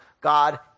God